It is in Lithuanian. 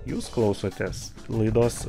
jūs klausotės laidos